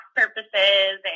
purposes